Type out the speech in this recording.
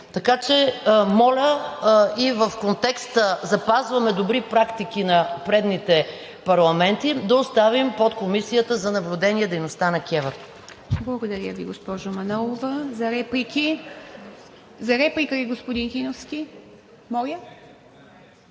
Така че, моля, и в контекста запазваме добри практики на предните парламенти, да оставим подкомисията за наблюдение дейността на КЕВР.